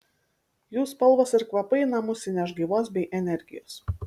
jų spalvos ir kvapai į namus įneš gaivos bei energijos